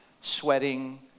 sweating